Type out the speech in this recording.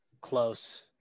close